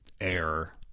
air